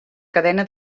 cadena